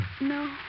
No